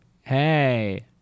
hey